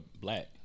Black